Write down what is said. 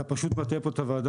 אתה פשוט מטעה את הוועדה.